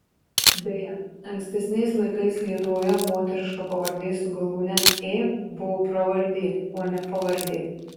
beje ankstesniais laikais lietuvoje moteriška pavardė su galūne ė buvo pravardė o ne pavardė